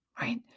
Right